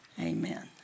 Amen